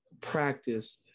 practice